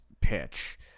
pitch